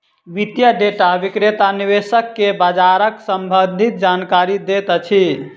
वित्तीय डेटा विक्रेता निवेशक के बजारक सम्भंधित जानकारी दैत अछि